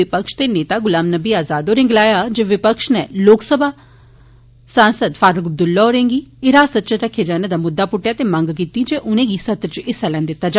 विपक्ष दे नेता गुलाम नबी आज़ाद होरें गलाया जे विपक्ष नै लोकसभा सांसद फारूक अब्दुल्ला होरें गी हिरासत इच रक्खने दा मुद्दा बी पुट्टेआ ते मंग कीती जे उनेंगी सत्र इच हिस्सा लैन दित्ता जा